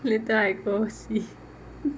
later I go see